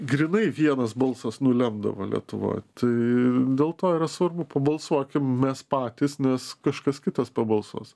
grynai vienas balsas nulemdavo lietuvoj tai dėl to yra svarbu pabalsuokim mes patys nes kažkas kitas pabalsuos